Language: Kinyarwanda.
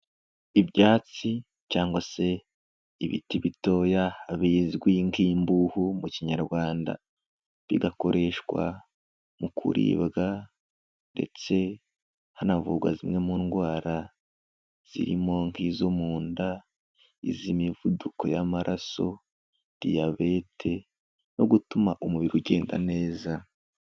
Ibyatsi cyangwa se ibiti bitoya bizwi nk'imbuhu mu kinyarwanda, bigakoreshwa mu kuribwa ndetse hanavurwa zimwe mu ndwara zirimo nk'izo mu nda, iz'imivuduko y'amaraso, Diabete no gutuma umubiri ugenda neza.